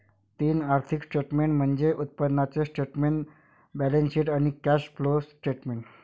तीन आर्थिक स्टेटमेंट्स म्हणजे उत्पन्नाचे स्टेटमेंट, बॅलन्सशीट आणि कॅश फ्लो स्टेटमेंट